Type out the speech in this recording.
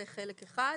זה חלק אחד.